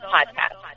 Podcast